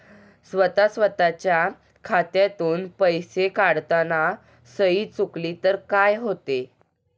स्वतः स्वतःच्या खात्यातून पैसे काढताना सही चुकली तर काय होते?